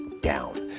down